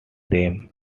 them